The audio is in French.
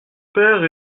père